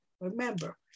Remember